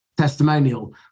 testimonial